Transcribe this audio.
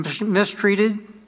mistreated